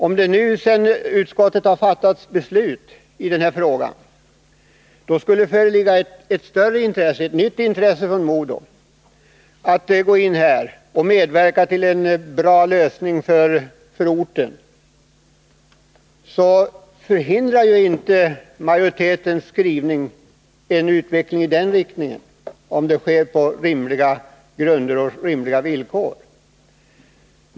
Om det nu sedan utskottet har fattat beslut i denna fråga, på nytt skulle finnas intresse från MoDo:s sida att gå in och medverka till en bra lösning för orten, hindrar ju inte majoritetsskrivningen en sådan utveckling. Förutsättningen är bara att det blir fråga om rimliga villkor.